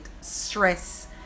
stress